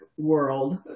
world